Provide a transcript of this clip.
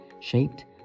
shaped